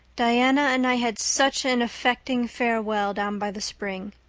diana and i had such an affecting farewell down by the spring.